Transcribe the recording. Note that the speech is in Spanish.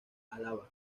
álava